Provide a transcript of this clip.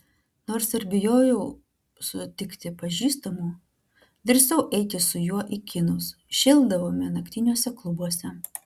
nors ir bijojau sutikti pažįstamų drįsau eiti su juo į kinus šėldavome naktiniuose klubuose